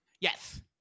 Yes